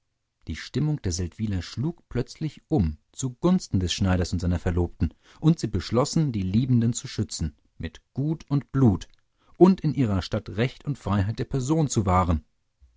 die stimmung der seldwyler schlug plötzlich um zugunsten des schneiders und seiner verlobten und sie beschlossen die liebenden zu schützen mit gut und blut und in ihrer stadt recht und freiheit der person zu wahren